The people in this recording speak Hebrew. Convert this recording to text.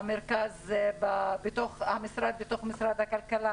משרד הכלכלה